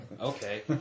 Okay